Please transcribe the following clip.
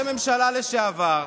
ראשי ממשלה לשעבר,